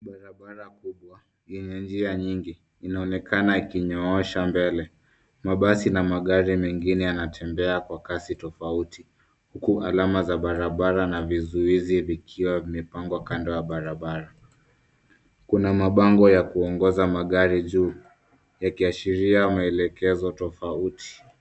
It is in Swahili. Barabara kubwa ,lenye njia nyingi inaonekana ikinyoosha mbele. Mabasi na magari mengine yanatembea kwa kasi tofauti huku alama za barabara na vizuizi vikiwa vimepangwa kando ya barabara. Kuna mabango ya kuongoza magari juu yakiashiria maelekezo tofauti.